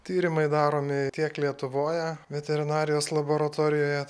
tyrimai daromi tiek lietuvoje veterinarijos laboratorijoje